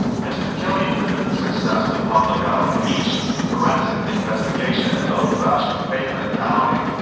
mr. kelly attributed the success to public outreach, forensic investigation and old-fashioned pavement pounding.